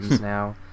now